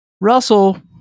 Russell